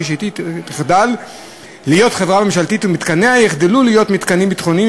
כשהיא תחדל להיות חברה ממשלתית ומתקניה יחדלו להיות מתקנים ביטחוניים,